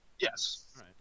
Yes